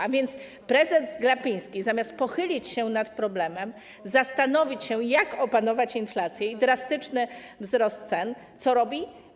A więc prezes Glapiński zamiast pochylić się nad problemem, zastanowić się, jak opanować inflację i drastyczny wzrost cen, co robi?